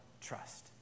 trust